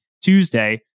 Tuesday